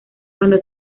cuando